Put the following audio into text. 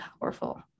powerful